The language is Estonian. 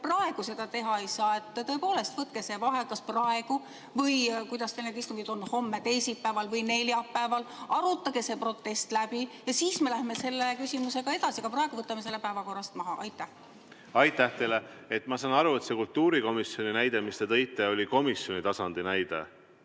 praegu seda teha ei saa. Tõepoolest, võtke see vaheaeg praegu või kuidas teil need istungid on, homme või neljapäeval, arutage see protest läbi ja siis läheme selle küsimusega edasi. Aga praegu võtame selle päevakorrast maha! Aitäh teile! Ma saan aru, et see kultuurikomisjoni näide, mis te tõite, oli komisjoni tasandi näide.